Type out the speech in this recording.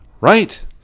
Right